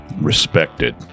respected